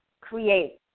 create